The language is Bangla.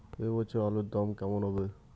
এ বছর আলুর দাম কেমন হবে?